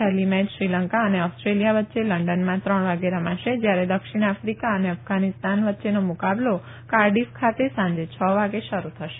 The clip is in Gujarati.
પહેલી મેય શ્રીલંકા અને ઓસ્ટ્રેલિયા વચ્ચે લંડનમાં ત્રણ વાગે રમાશે જયારે દક્ષિણ આફ્રિકા અને અફઘાનિસ્તાન વચ્યેનો મુકાબલો કાર્ડિફ ખાતે સાંજે છ વાગે શરૂ થશે